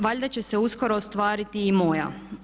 Valjda će se uskoro ostvariti i moja.